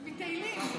מתהילים.